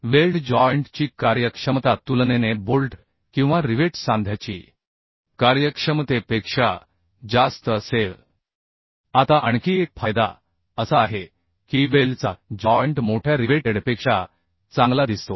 weld joint ची कार्यक्षमता तुलनेने बोल्ट किंवा रिवेट सांध्याची कार्यक्षमतेपेक्षा जास्त असेल आता आणखी एक फायदा असा आहे की वेल्डचा जॉइंट मोठ्या रिवेटेडपेक्षा चांगला दिसतो